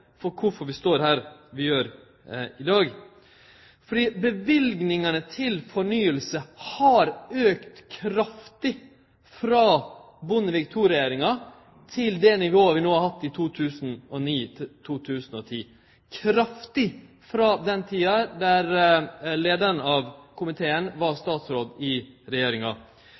vi står der vi står i dag. Løyvingane til fornying har auka kraftig frå Bondevik II-regjeringa til det nivået vi no har hatt i 2009–2010, frå den tida då leiaren av komiteen var statsråd i regjeringa.